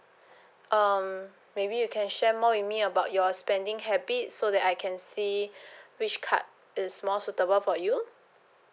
um maybe you can share more with me about your spending habits so that I can see which card is more suitable for you